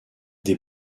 des